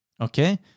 okay